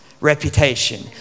reputation